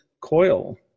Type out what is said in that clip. coil